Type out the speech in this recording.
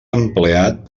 empleat